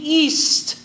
east